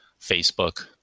Facebook